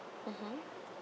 mmhmm